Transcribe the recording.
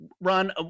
Ron